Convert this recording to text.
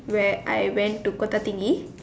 where I went to Kota-Tinggi